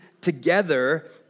together